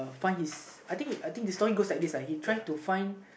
find his I think I think the story goes like this lah he try to find